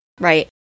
Right